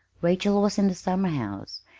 rachel was in the summerhouse,